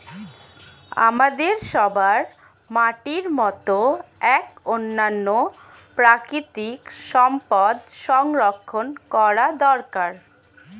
আমাদের সবার মাটির মতো এক অনন্য প্রাকৃতিক সম্পদ সংরক্ষণ করা দরকার